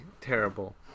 terrible